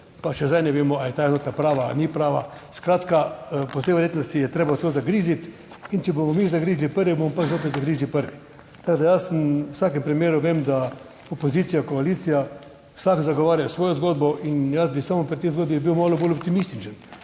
pa še zdaj ne vemo ali je ta enota prava ali ni prava. Skratka, po vsej verjetnosti je treba to zagriziti in če bomo mi zagrizli prvi, bomo pa zopet zagrizli prvi. Tako da jaz v vsakem primeru, vem, da opozicija, koalicija, vsak zagovarja svojo zgodbo in jaz bi samo pri tej zgodbi bil malo bolj optimističen.